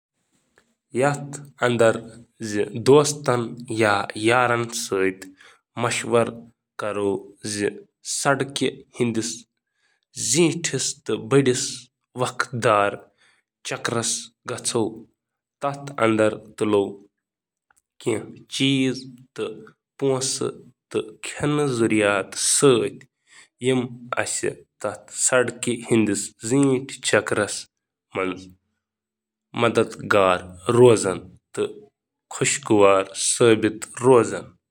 Road trip planning مرحلہٕ وار پننِس سفرُک زیچھر تہٕ پنُن اہم منزلُک تعین کٔرِو۔ سفرٕ خٲطرٕ کٔرِو بجٹ قٲیِم۔ پنٛنہِ وتہِ ہُنٛد جٲیزٕ کٔرِو منصوٗبہٕ۔ تحقیق کٔرِو تہٕ رُکاونٕکۍ اَہَم نقطہٕ کٔرِو شناخت تہٕ پنٛنِس وتہِ سۭتۍ پَزِ پُرکٔشش مقامات۔